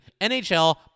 NHL